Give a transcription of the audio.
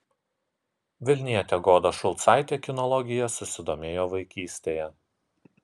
vilnietė goda šulcaitė kinologija susidomėjo vaikystėje